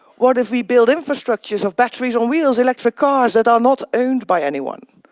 what if we build infrastructures of batteries on wheels, electric cars that are not owned by anyone,